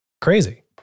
Crazy